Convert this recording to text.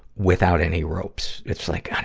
without any ropes. it's, like, i